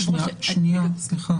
שוב